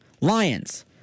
Lions